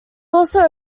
also